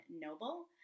Noble